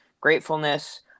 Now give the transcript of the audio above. gratefulness